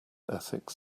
ethics